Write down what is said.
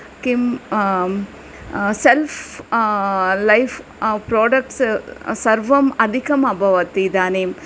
त्वं किं self life products सर्वम् अधिकम् अभवत् इदानीम्